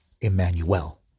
Emmanuel